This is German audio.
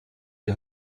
die